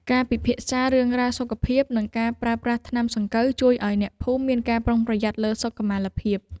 ការពិភាក្សាពីរឿងរ៉ាវសុខភាព និងការប្រើប្រាស់ថ្នាំសង្កូវជួយឱ្យអ្នកភូមិមានការប្រុងប្រយ័ត្នលើសុខុមាលភាព។